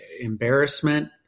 embarrassment